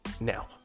Now